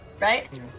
Right